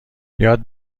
یاد